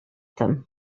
them